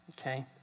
Okay